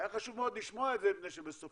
היה חשוב מאוד לשמוע את זה מפני שבסופו